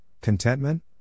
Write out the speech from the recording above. contentment